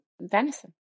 venison